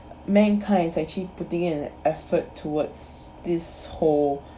mankind is actually putting in an effort towards this whole